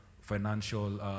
financial